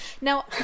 now